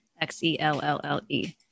X-E-L-L-L-E